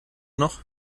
noch